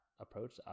approach